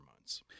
months